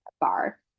bar